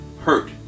hurt